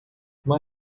uma